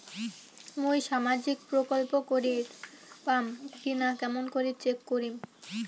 মুই সামাজিক প্রকল্প করির পাম কিনা কেমন করি চেক করিম?